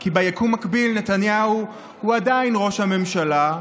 כי ביקום מקביל נתניהו הוא עדיין ראש הממשלה,